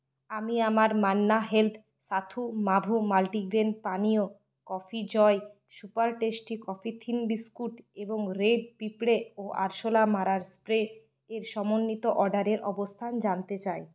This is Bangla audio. আমি আমার মান্না হেলথ সাথু মাভু মাল্টিগ্রেন পানীয় coffee Jai super tasty coffee thin biscuit এবং রেইড পিঁপড়ে ও আরশোলা মারার স্প্রে এর সমন্বিত অর্ডারের অবস্থান জানতে চাই